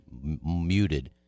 muted